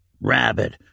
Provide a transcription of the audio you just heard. Rabbit